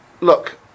look